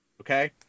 okay